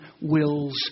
wills